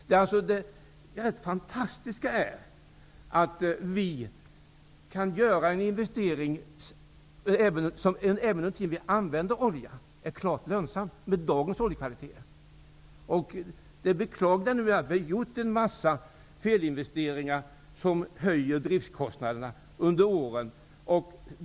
Det fantastiska är att det går att göra en investering även under den tid som man använder olja, vilket är klart lönsamt med tanke på dagens oljekvaliteter. Det är beklagligt att det under de gångna åren har gjorts en mängd felinvesteringar som har höjt driftskostnaderna.